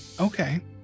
Okay